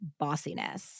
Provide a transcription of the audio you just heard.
bossiness